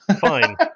Fine